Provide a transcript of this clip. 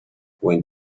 when